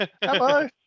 Hello